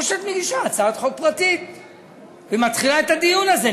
או שאת מגישה הצעת חוק פרטית ומתחילה את הדיון הזה,